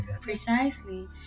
Precisely